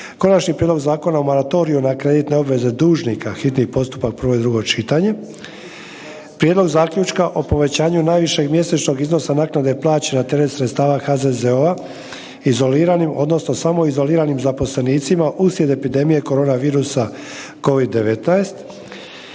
Konačni prijedlog Zakona o moratoriju na kreditne obveze dužnika, hitni postupak, prvo i drugo čitanje, - Prijedlog zaključka o povećanju najvišeg mjesečnog iznosa naknade plaće na teret sredstva HZZO-a izoliranim odnosno samoizoliranim zaposlenicima uslijed epidemije korona virusa COVID-19,